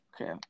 Okay